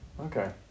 okay